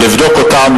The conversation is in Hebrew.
לבדוק אותם,